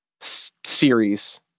series